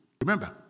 Remember